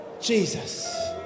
Jesus